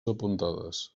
apuntades